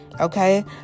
Okay